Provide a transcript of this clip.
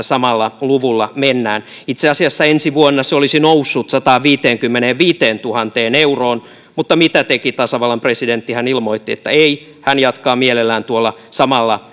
samalla luvulla mennään itse asiassa ensi vuonna se olisi noussut sataanviiteenkymmeneenviiteentuhanteen euroon mutta mitä teki tasavallan presidentti hän ilmoitti että ei hän jatkaa mielellään tuolla samalla